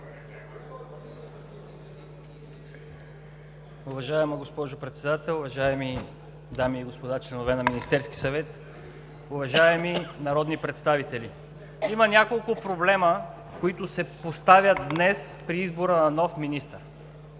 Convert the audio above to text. Уважаема госпожо Председател, уважаеми дами и господа, членове на Министерския съвет! Уважаеми народни представители, има няколко проблема, които се поставят днес при избора на нов министър.